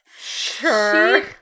Sure